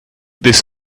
this